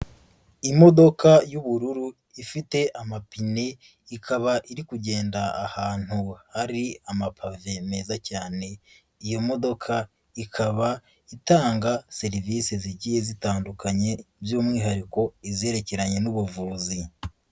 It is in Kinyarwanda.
Imodoka y'ubururu ifite amapine, ikaba iri kugenda ahantu hari amapave meza cyane, iyo modoka ikaba itanga serivise zigiye zitandukanye, by'umwihariko izerekeranye n'ubuvuzi.